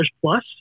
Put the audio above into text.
plus